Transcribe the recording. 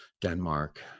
Denmark